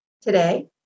today